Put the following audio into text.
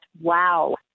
Wow